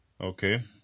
Okay